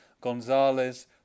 Gonzalez